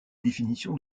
définitions